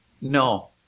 No